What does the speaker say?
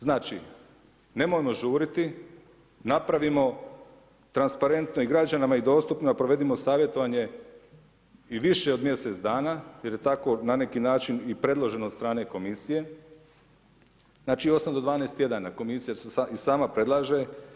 Znači nemojmo žurit, napravimo transparentno i građanima i dostupno provedimo savjetovanje i više od mjesec dana jer je tako na neki način i predloženo od strane komisije, znači 8 do 12 tjedana komisija se i sama predlaže.